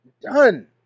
Done